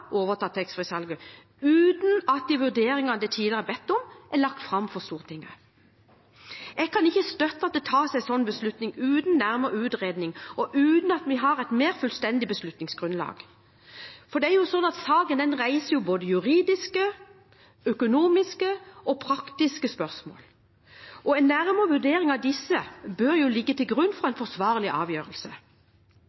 overta taxfree-salget uten at de vurderingene de tidligere har bedt om, er lagt fram for Stortinget. Jeg kan ikke støtte at det tas en slik beslutning uten nærmere utredning og uten at vi har et mer fullstendig beslutningsgrunnlag. Saken reiser både juridiske, økonomiske og praktiske spørsmål, og en nærmere vurdering av disse bør ligge til grunn for